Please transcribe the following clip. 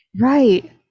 Right